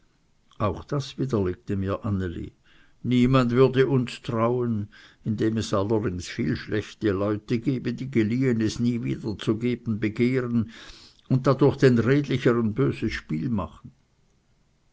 auch das widerlegte mir anneli niemand würde uns trauen indem es allerdings viele schlechte leute gebe die geliehenes nie wiederzugeben begehren und dadurch dem redlichen böses spiel machen